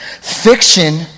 fiction